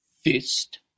Fist